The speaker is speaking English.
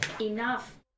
enough